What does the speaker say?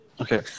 Okay